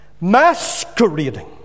masquerading